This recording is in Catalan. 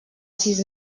sis